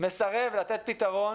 לתת פתרון